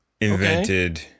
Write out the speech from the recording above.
invented